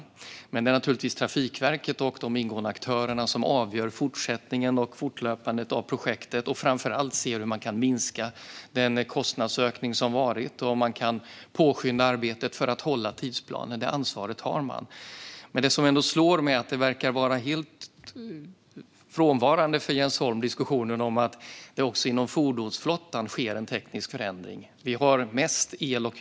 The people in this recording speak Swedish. Dock är det naturligtvis Trafikverket och de ingående aktörerna som avgör fortsättningen och hur projektet fortlöper, framför allt när det gäller hur man kan minska den kostnadsökning som varit och om man kan påskynda arbetet för att hålla tidsplanen. Det ansvaret har man. Det som ändå slår mig är att diskussionen om att det också inom fordonsflottan sker en teknisk förändring är helt frånvarande hos Jens Holm.